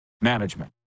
Management